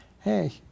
hey